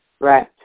Right